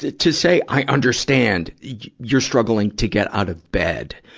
to to say, i understand you're struggling to get out of bed.